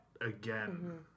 again